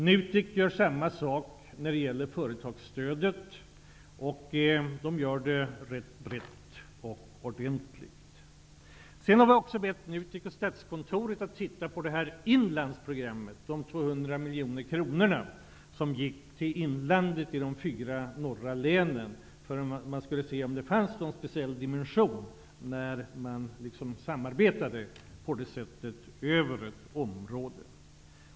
NUTEK gör samma sak när det gäller företagsstödet, och arbetet görs brett och ordentligt. Vi har också bett NUTEK och Statskontoret att titta på inlandsprogrammet, dvs. de 200 miljoner kronor som gick till de fyra norra länen i inlandet. Man skall se om det finns någon speciell dimension om man samarbetar på detta sätt över ett område.